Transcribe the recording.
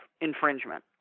infringement